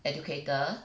educator